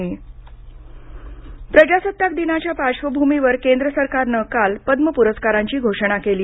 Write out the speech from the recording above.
पद्म प्रर्कार प्रजासत्ताक दिनाच्या पार्श्वभूमीवर केंद्र सरकारनं काल पद्म प्रस्कारांची घोषणा केली